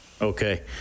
Okay